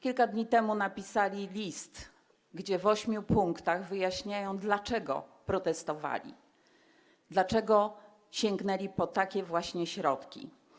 Kilka dni temu napisali list, gdzie w ośmiu punktach wyjaśniają, dlaczego protestowali, dlaczego sięgnęli po takie właśnie środki.